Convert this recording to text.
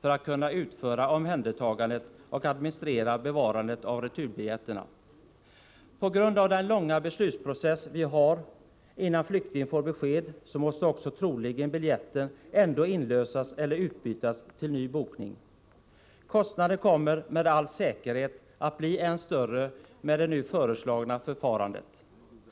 skall kunna utföra omhänderta gandet och administrera bevarandet av returbiljetterna. På grund av den långa beslutsprocessen innan flykting får besked, måste troligen biljetterna ändå inlösas eller utbytas till ny bokning. Kostnaden kommer med all säkerhet att bli än större med det nu föreslagna förfarandet.